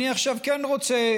אני עכשיו כן רוצה